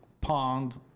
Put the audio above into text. pond